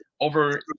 Over